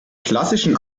klassischen